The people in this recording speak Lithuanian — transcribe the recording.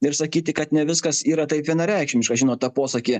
ir sakyti kad ne viskas yra taip vienareikšmiška žinot tą posakį